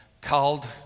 called